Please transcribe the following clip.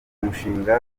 mushinga